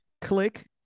Click